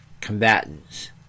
combatants